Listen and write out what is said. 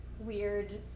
weird